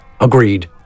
Agreed